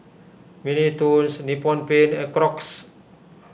Mini Toons Nippon Paint and Crocs